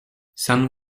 sun